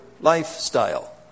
lifestyle